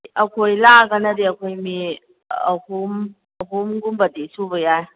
ꯑꯩꯈꯣꯏ ꯂꯥꯛꯑꯒꯅꯗꯤ ꯑꯩꯈꯣꯏ ꯃꯤ ꯑꯍꯨꯝ ꯑꯍꯨꯝꯒꯨꯝꯕꯗꯤ ꯁꯨꯕ ꯌꯥꯏ